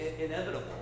inevitable